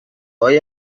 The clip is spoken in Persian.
های